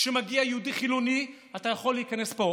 כשמגיע יהודי חילוני, אתה יכול להיכנס מפה.